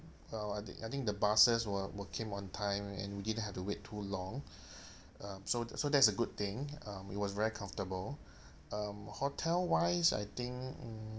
well I think I think the buses were were came on time and we didn't have to wait too long um so so that's a good thing um it was very comfortable um hotel wise I think mm